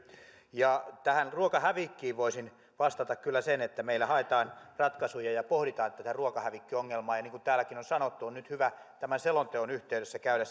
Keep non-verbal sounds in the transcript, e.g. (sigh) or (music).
ja tähän ruokahävikkiin liittyen voisin vastata kyllä että meillä haetaan ratkaisuja ja pohditaan tätä ruokahävikkiongelmaa ja niin kuin täälläkin on sanottu on nyt hyvä tämän selonteon yhteydessä käydä (unintelligible)